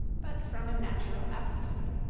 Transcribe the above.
but from a natural aptitude.